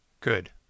Good